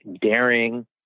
Daring